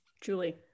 Julie